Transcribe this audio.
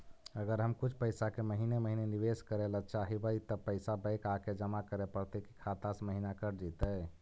अगर हम कुछ पैसा के महिने महिने निबेस करे ल चाहबइ तब पैसा बैक आके जमा करे पड़तै कि खाता से महिना कट जितै?